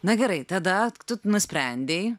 na gerai tada tu nusprendei